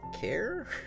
care